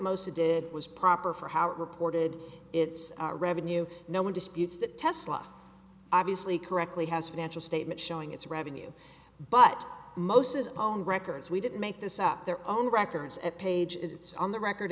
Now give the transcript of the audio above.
it did was proper for how reported its revenue no one disputes that tesla obviously correctly has a financial statement showing its revenue but most is own records we didn't make this up their own records at page it's on the record